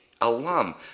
alum